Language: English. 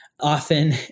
often